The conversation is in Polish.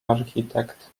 architekt